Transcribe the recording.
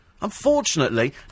Unfortunately